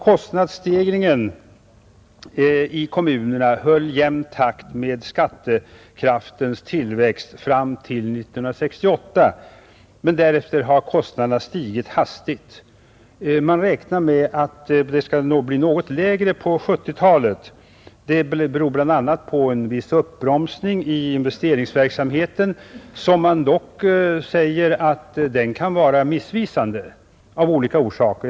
Kostnadsstegringen i kommunerna höll jämn takt med skattekraftens tillväxt fram till 1968, men därefter har kostnaderna stigit hastigt. Man räknar med att de skall bli något lägre längre fram på 1970-talet. Det beror bl.a. på en viss uppbromsning i investeringsverksamheten, som man dock säger kan vara missvisande av olika orsaker.